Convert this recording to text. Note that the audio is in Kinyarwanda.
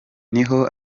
niho